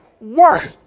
work